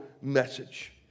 message